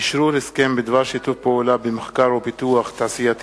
אשרור הסכם בדבר שיתוף פעולה במחקר ופיתוח תעשייתי